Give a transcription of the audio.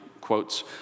quotes